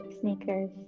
Sneakers